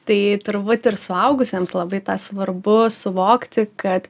tai turbūt ir suaugusiems labai svarbu suvokti kad